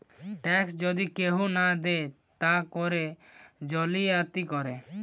tax যদি কেহু না দেয় তা করে জালিয়াতি করে